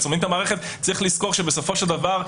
צריך לזכור שבסופו של דבר,